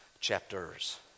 chapters